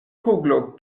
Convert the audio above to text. kuglo